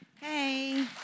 Hey